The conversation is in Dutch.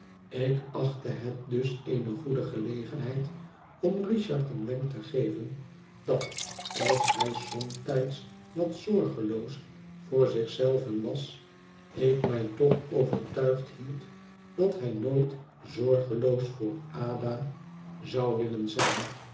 ik achtte het dus eene goede gelegenheid om richard een wenk te geven dat als hij somtijds wat zorgeloos voor zich zelven was ik mij toch overtuigd hield dat hij nooit zorgeloos voor ada zou willen zijn